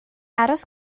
aros